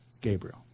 Gabriel